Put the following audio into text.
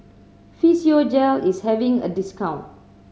Physiogel is having a discount